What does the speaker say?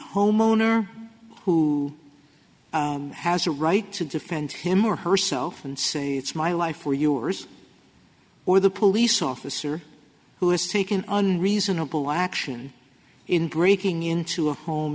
homeowner who has a right to defend him or herself and say it's my life or yours or the police officer who has taken an reasonable action in breaking into a home